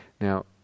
Now